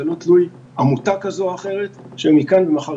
לא תלוי עמותה כזו או אחרת שהיום היא כאן ומחר